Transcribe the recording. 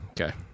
okay